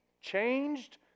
changed